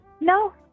No